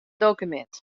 dokumint